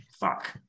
Fuck